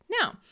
Now